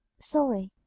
sorry!